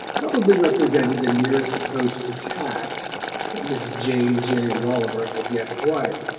probably represented the nearest approach to tact that mrs. james j. rolliver had yet acquired.